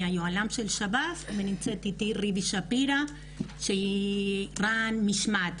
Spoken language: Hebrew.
אני היוהל"מ של שב"ס ונמצאת איתי ריבי שפירא שהיא רע"ן משמעת.